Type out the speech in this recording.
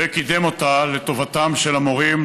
וקידם אותה לטובתם של המורים,